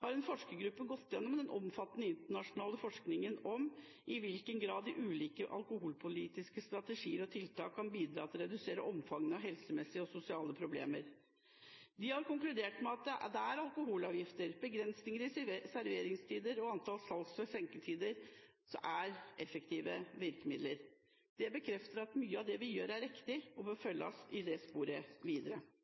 har en forskergruppe gått gjennom den omfattende internasjonale forskningen om i hvilken grad de ulike alkoholpolitiske strategier og tiltak kan bidra til å redusere omfanget av helsemessige og sosiale problemer. De har konkludert med at alkoholavgifter, begrensninger i serveringstider og antall salgs- og skjenkesteder er effektive virkemidler. Dette bekrefter at mye av det vi gjør er riktig, og at dette sporet bør følges videre. Debatten i dag viser at det